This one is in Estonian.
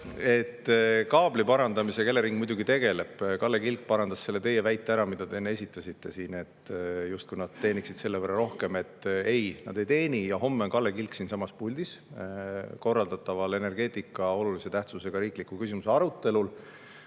Kaabli parandamisega Elering muidugi tegeleb. Kalle Kilk parandas selle teie väite ära, mille te enne esitasite siin, justkui nad teeniksid selle võrra rohkem. Ei, nad ei teeni. Ja homme on Kalle Kilk siinsamas puldis energeetika kui olulise tähtsusega riikliku küsimuse arutelul.